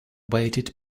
waited